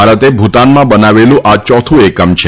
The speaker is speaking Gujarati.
ભારતે ભૂતાનમાં બનાવેલું આ ચોથું એકમ છે